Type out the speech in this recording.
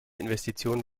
investition